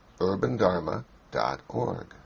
urbandharma.org